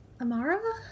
Amara